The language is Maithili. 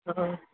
हँ